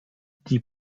die